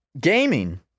Gaming